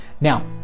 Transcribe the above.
now